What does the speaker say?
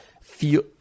feel